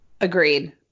Agreed